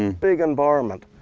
and big environment,